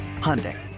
Hyundai